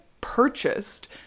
purchased